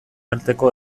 arteko